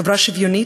חברה שוויונית,